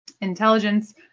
intelligence